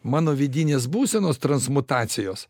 mano vidinės būsenos transmutacijos